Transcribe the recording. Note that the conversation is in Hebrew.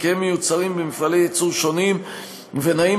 שחלקיהם מיוצרים במפעלי ייצור שונים ונעים